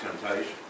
temptation